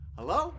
Hello